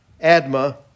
Adma